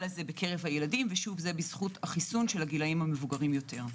הזה בקרב הילדים וזה בזכות החיסון של הגילאים המבוגרים יותר.